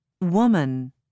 woman